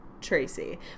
Tracy